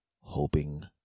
hoping